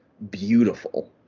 beautiful